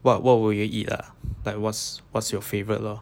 what what would you eat lah like what what's your favourite loh